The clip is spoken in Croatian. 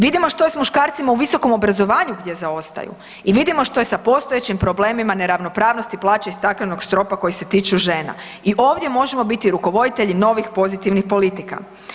Vidimo što je s muškarcima u visokom obrazovanju gdje zaostaju i vidimo šta je sa postojećim problemima neravnopravnosti plaće iz staklenog stropa koje se tiču žena i ovdje možemo biti rukovoditelji novih pozitivnih politika.